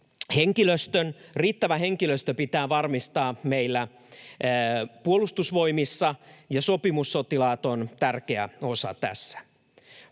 Riittävä henkilöstö pitää varmistaa meillä Puolustusvoimissa, ja sopimussotilaat ovat tärkeä osa tässä.